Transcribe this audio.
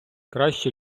кращі